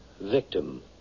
victim